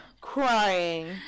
crying